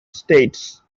states